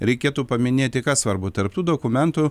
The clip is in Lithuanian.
reikėtų paminėti kas svarbu tarp tų dokumentų